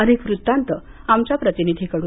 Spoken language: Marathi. अधिक वृत्तांत आमच्या प्रतिनिधी कडून